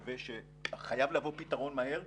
חייב לבוא פתרון מהר,